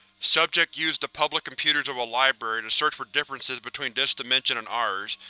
subject used the public computers of a library to search for differences between this dimension and ours,